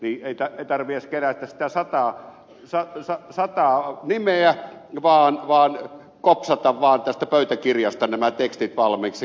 ei tarvitse edes kerätä sitä sataa nimeä vaan kopsata vaan tästä pöytäkirjasta nämä tekstit valmiiksi